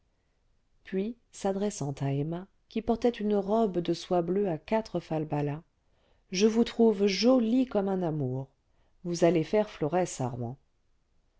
puis s'adressant à emma qui portait une robe de soie bleue à quatre falbalas je vous trouve jolie comme un amour vous allez faire florès à rouen